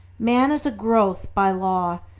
man is a growth by law,